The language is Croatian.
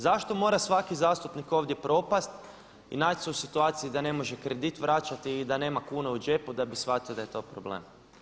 Zašto mora svaki zastupnik ovdje propasti i naći se u situaciji da ne može krediti vraćati i da nema kune u džepu da bi shvatili da je to problem?